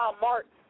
Martin